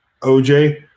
OJ